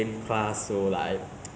不是讲 filming course lor